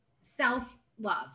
self-love